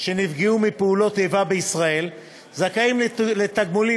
שנפגעו מפעולות איבה בישראל זכאים לתגמולים